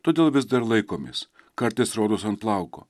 todėl vis dar laikomės kartais rodos ant plauko